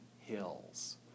hills